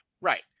Right